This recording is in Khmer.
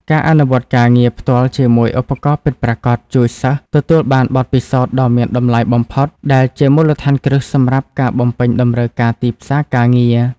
ការអនុវត្តការងារផ្ទាល់ជាមួយឧបករណ៍ពិតប្រាកដជួយសិស្សទទួលបានបទពិសោធន៍ដ៏មានតម្លៃបំផុត ដែលជាមូលដ្ឋានគ្រឹះសម្រាប់ការបំពេញតម្រូវការទីផ្សារការងារ។